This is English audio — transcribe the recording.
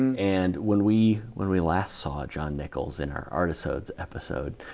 and when we when we last saw john nichols in our artisodes episode,